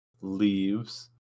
leaves